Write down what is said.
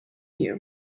you